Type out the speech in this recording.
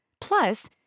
Plus